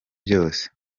byose